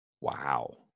Wow